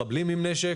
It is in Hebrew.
מחבלים עם נשק,